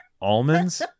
Almonds